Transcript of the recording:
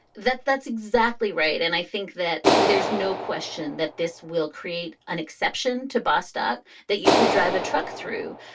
that that's exactly right and i think that there's no question that this will create an exception to bust up that you could drive a truck through.